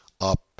up